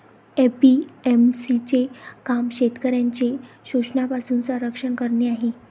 APMC चे काम शेतकऱ्यांचे शोषणापासून संरक्षण करणे आहे